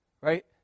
Right